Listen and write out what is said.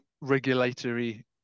regulatory